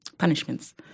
Punishments